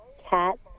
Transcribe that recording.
cat